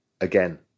again